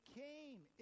came